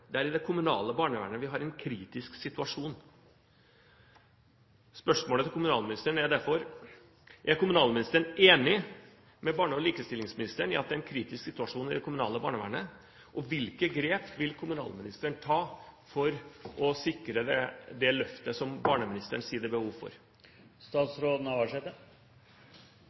det kommunale barnevernet. Det er i det kommunale barnevernet vi har en kritisk situasjon.» Spørsmålet til kommunalministeren er derfor: Er kommunalministeren enig med barne-, likestillings- og inkluderingsministeren i at det er en kritisk situasjon i det kommunale barnevernet? Hvilke grep vil kommunalministeren ta for å sikre det løftet som barneministeren sier det er behov for?